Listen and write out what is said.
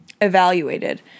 evaluated